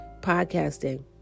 podcasting